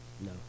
No